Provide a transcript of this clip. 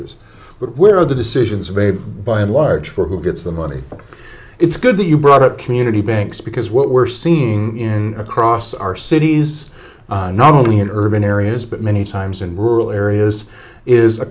are the decisions made by and large for who gets the money it's good that you brought up community banks because what we're seeing in across our cities not only in urban areas but many times in rural areas is a